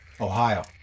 Ohio